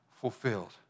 fulfilled